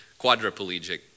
quadriplegic